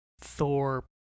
Thor